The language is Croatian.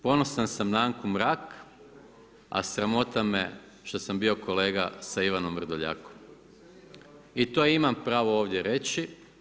Ponosan sam na Anku Mrak, a sramota me što sam bio kolega sa Ivanom Vrdoljakom i to imam pravo ovdje reći.